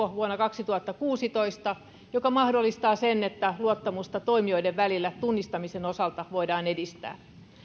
on vuonna kaksituhattakuusitoista luotu luottamusverkko joka mahdollistaa sen että luottamusta toimijoiden välillä tunnistamisen osalta voidaan edistää